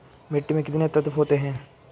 मिट्टी में कितने तत्व होते हैं?